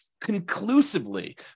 conclusively